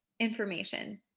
information